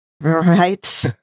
right